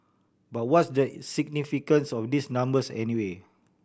but what's the significance of these numbers anyway